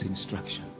instruction